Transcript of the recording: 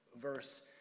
verse